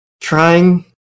trying